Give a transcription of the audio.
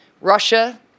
Russia